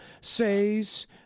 says